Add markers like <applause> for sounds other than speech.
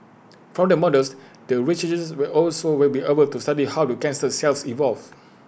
from the models the <unintelligible> will also will be able to study how the cancer cells evolve